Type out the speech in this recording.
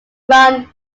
run